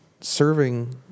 serving